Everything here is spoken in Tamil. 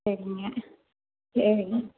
சரிங்க சரிங்க